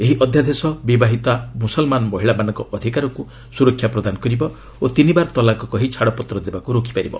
ଏହି ଅଧ୍ୟାଦେଶ ବିବାହିତା ମୁସଲମାନ ମହିଳାମାନଙ୍କ ଅଧିକାରକୁ ସୁରକ୍ଷା ପ୍ରଦାନ କରିବ ଓ ତିନିବାର ତଲାକ କହି ଛାଡ଼ପତ୍ର ଦେବାକୁ ରୋକି ପାରିବ